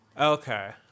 Okay